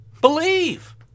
Believe